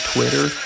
Twitter